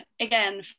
again